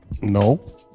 No